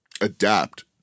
adapt